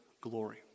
glory